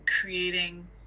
creating